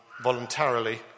voluntarily